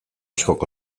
askok